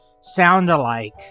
sound-alike